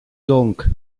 donc